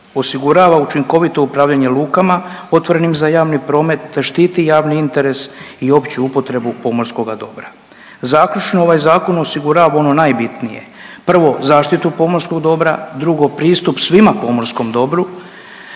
osigurava učinkovito upravljanje lukama otvorenim za javni promet te štiti javni interes i opću upotrebu pomorskoga dobra. Zaključno, ovaj zakon osigurava ono najbitnije. Prvo, zaštitu pomorskog dobra. Drugo, pristup svima pomorskom dobru.